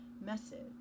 message